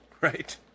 Right